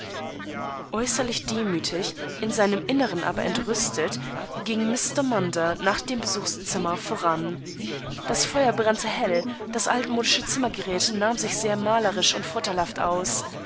äußerlich demütig in seinem innern aber entrüstet ging mr munder nach dem besuchzimmervoran dasfeuerbranntehell dasaltmodischezimmergerätnahmsich sehr malerisch und vorteilhaft aus